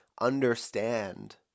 understand